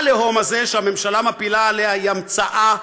העליהום הזה שהממשלה מפילה עליה היא המצאה,